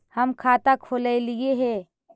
हम खाता खोलैलिये हे?